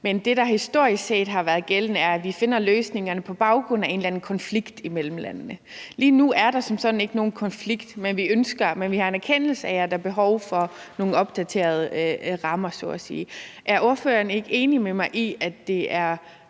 Men det, der historisk set har været gældende, er, at vi finder løsningerne på baggrund af en eller anden konflikt mellem landene. Lige nu er der som sådan ikke nogen konflikt, men vi har en erkendelse af, at der er behov for nogle opdaterede rammer så at sige. Er ordføreren ikke enig med mig i, at det er